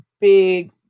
big